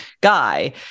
guy